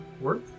work